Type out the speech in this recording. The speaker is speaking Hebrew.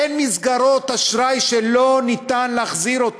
אין מסגרות אשראי שאי-אפשר להחזיר.